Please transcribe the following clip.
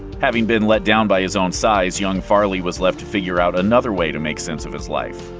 having been let down by his own size, young farley was left to figure out another way to make sense of his life.